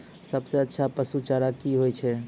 सबसे अच्छा पसु चारा की होय छै?